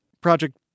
Project